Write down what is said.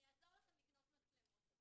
אני אעזור לכם לקנות מצלמות.